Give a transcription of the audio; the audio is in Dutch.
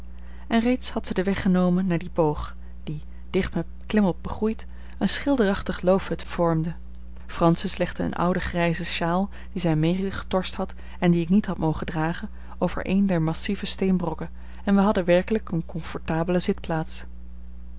en reeds had zij den weg genomen naar dien boog die dicht met klimop begroeid een schilderachtige loofhut vormde francis legde eene oude grijze sjaal die zij medegetorst had en die ik niet had mogen dragen over een der massieve steenbrokken en wij hadden werkelijk eene comfortabele zitplaats